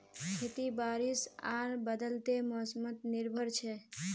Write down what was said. खेती बारिश आर बदलते मोसमोत निर्भर छे